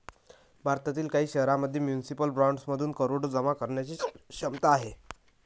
भारतातील काही शहरांमध्ये म्युनिसिपल बॉण्ड्समधून करोडो जमा करण्याची क्षमता आहे